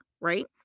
right